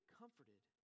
comforted